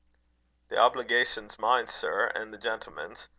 the obligation's mine sir an' the gentleman's.